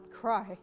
cry